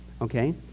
Okay